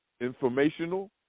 informational